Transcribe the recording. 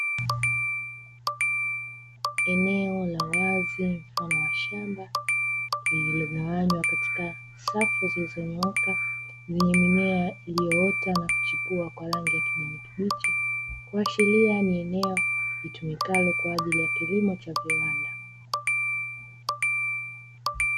Eneo la wazi mfano wa shamba lililogawanywa katika safu, zilizonyooka lenye mimea iliyoota na kuchipua kwa rangi ya kijani kibichi, kuashiria ni eneo litumikalo kwa ajili ya kilimo cha viwanda.